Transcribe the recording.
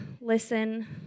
listen